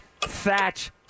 thatch